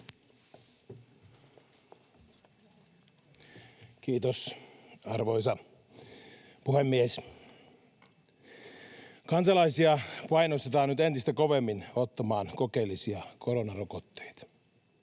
Kiitos, arvoisa puhemies! Kansalaisia painostetaan nyt entistä kovemmin ottamaan kokeellisia koronarokotteita.